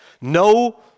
no